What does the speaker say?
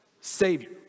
Savior